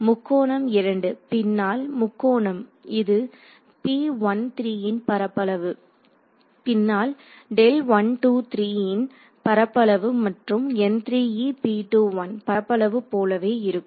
முக்கோணம் 2 பின்னால் முக்கோணம் இது ன் பரப்பளவு பின்னால் ன் பரப்பளவு மற்றும் பரப்பளவு போலவே இருக்கும்